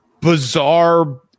bizarre